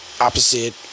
opposite